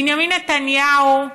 בנימין נתניהו,